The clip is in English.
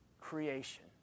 creation